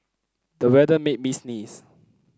the weather made me sneeze